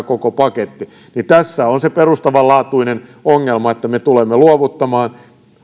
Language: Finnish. koko paketti niin tässä on se perustavanlaatuinen ongelma että me tulemme luovuttamaan